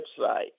website